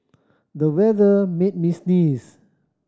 the weather made me sneeze